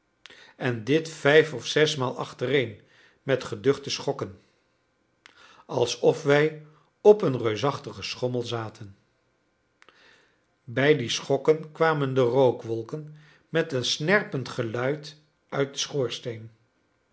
en dit vijf of zesmaal achtereen met geduchte schokken alsof wij op een reusachtigen schommel zaten bij die schokken kwamen de rookwolken met een snerpend geluid uit den schoorsteen